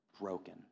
broken